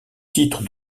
titre